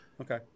okay